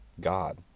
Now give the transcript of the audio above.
God